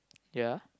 ya